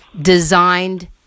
designed